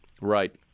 Right